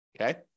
okay